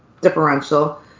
differential